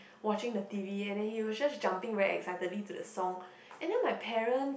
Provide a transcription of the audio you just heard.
watching the t_v and then he was just jumping very excitedly to the song and then my parents